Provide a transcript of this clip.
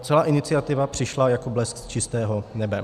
Celá iniciativa přišla jako blesk z čistého nebe.